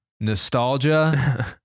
Nostalgia